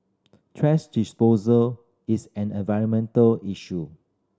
thrash disposal is an environmental issue